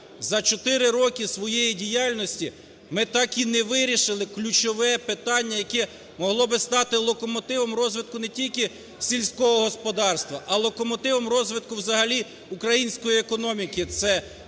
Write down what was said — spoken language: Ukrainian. за 4 роки своєї діяльності ми так і не вирішили ключове питання, яке могло би стати локомотивом розвитку не тільки сільського господарства, а локомотивом розвитку взагалі української економіки.